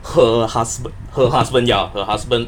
her husb~ her husband ya her husband